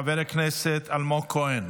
חבר הכנסת אלמוג כהן,